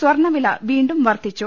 സ്വർണ്ണവില വീണ്ടും വർദ്ധിച്ചു